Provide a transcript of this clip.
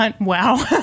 wow